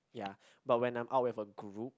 ya but when I'm out with a guru